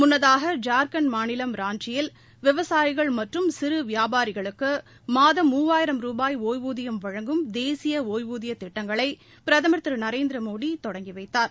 முன்னதாக ஜார்க்கண்ட் மாநிலம் ராஞ்சியில்விவசாயிகள் மற்றும் சிறு வியாபாரிகளுக்கு மாதம் மூவாயிரம் ரூபாய் ஒய்வூதியம் வழங்கும் தேசிய ஒய்வூதியத் திட்டங்களை பிரதமர் திரு நரேந்திரமோடி தொடங்கி வைத்தார்